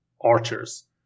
archers